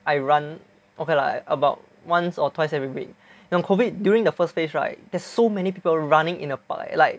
I run okay lah about once or twice every week and COVID during the first phase right there's so many people running in the park eh like